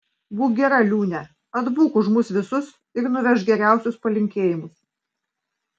būk gera liūne atbūk už mus visus ir nuvežk geriausius palinkėjimus